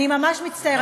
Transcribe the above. אני ממש מצטערת,